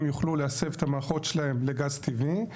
יוכלו להסב את המערכות שלהם לגז טבעי.